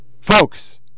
Folks